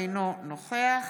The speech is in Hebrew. אינו נוכח